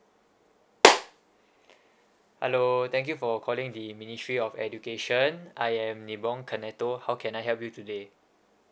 hello thank you for calling the ministry of education I am nibong canetto how can I help you today